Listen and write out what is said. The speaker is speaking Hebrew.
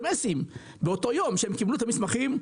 שלושה סמסים באותו יום שהם קיבלו את המסמכים,